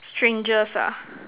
strangers ah